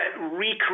recreate